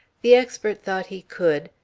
the expert thought he could.